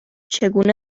چگونه